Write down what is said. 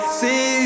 see